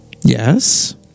Yes